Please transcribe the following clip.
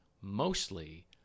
mostly